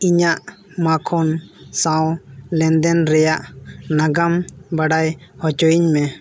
ᱤᱧᱟᱹᱜ ᱢᱟᱠᱷᱚᱱ ᱥᱟᱶ ᱞᱮᱱᱫᱮᱱ ᱨᱮᱭᱟᱜ ᱱᱟᱜᱟᱢ ᱵᱟᱲᱟᱭ ᱦᱚᱪᱚᱭᱤᱧ ᱢᱮ